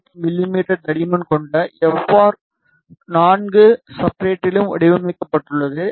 8 மிமீ தடிமன் கொண்ட எஃப்ஆர் 4 சப்ஸ்ட்ரட்டிலும் வடிவமைக்கப்பட்டுள்ளது